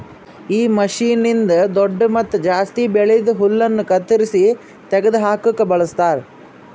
ಈ ಮಷೀನ್ನ್ನಿಂದ್ ದೊಡ್ಡು ಮತ್ತ ಜಾಸ್ತಿ ಬೆಳ್ದಿದ್ ಹುಲ್ಲನ್ನು ಕತ್ತರಿಸಿ ತೆಗೆದ ಹಾಕುಕ್ ಬಳಸ್ತಾರ್